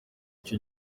icyo